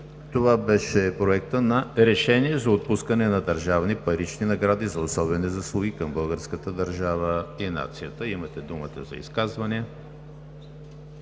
Това беше Проектът на решение за отпускане на държавни парични награди за особени заслуги към българската държава и нацията. Имате думата за изказвания.